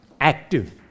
Active